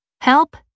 help